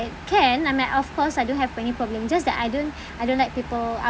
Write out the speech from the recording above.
can I mean of course I don't have any problem just that I don't I don't like people